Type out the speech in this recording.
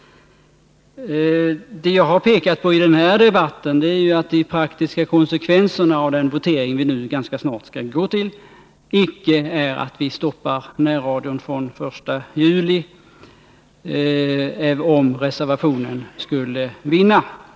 Det jag har pekat på i den här debatten är att de praktiska konsekvenserna av den votering vi nu snart skall gå till icke är att närradion stoppas från den 1 juli, om reservationen skulle vinna.